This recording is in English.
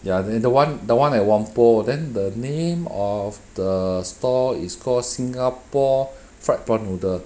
ya the the one the one at whampoa then the name of the store is called singapore fried prawn noodle